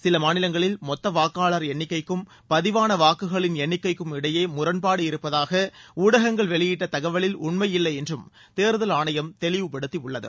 சில மாநிலங்களில் மொத்த வாக்காளர் எண்ணிக்கைக்கும் பதிவான வாக்குகளின் எண்ணிக்கைக்கும் இடையே முரண்பாடு இருப்பதாக ஊடகங்கள் வெளியிட்ட தகவலில் உண்மையில்லை என்றும் தேர்தல் ஆணையம் தெளிவுபடுத்தியுள்ளது